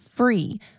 Free